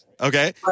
Okay